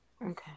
Okay